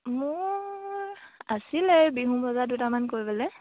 মোৰ আছিলে বিহু বজাৰ দুটামান কৰিবলে